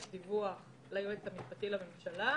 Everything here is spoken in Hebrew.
יש דיווח ליועץ המשפטי לממשלה.